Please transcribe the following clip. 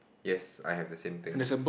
yes I have the same things